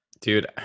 Dude